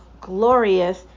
glorious